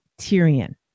Tyrion